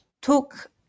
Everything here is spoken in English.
took